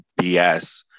BS